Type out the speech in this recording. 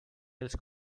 els